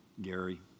Gary